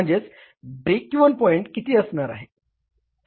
म्हणजेच break even point किती असणार आहे